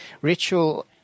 ritual